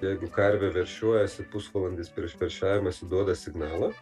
jeigu karvė veršiuojasi pusvalandis prieš veršiavimąsi duoda signalą